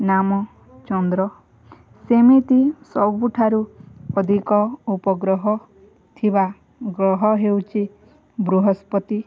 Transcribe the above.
ନାମ ଚନ୍ଦ୍ର ସେମିତି ସବୁଠାରୁ ଅଧିକ ଉପଗ୍ରହ ଥିବା ଗ୍ରହ ହେଉଛି ବୃହସ୍ପତି